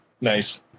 Nice